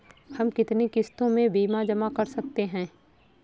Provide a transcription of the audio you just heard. हम कितनी किश्तों में बीमा जमा कर सकते हैं?